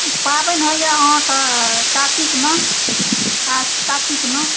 पाबनि होइया अहाँकेँ कातिकमे कातिकमे